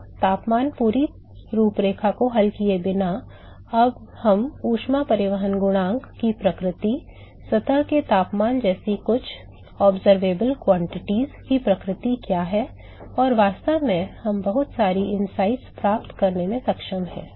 तो तापमान की पूरी रूपरेखा को हल किए बिना हम ऊष्मा परिवहन गुणांक की प्रकृति सतह के तापमान जैसी कुछ अवलोकन योग्य मात्राओं की प्रकृति क्या है और वास्तव में हम बहुत सारी अंतर्दृष्टि प्राप्त करने में सक्षम हैं